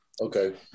Okay